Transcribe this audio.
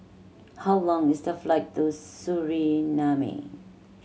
how long is the flight to Suriname